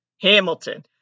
Hamilton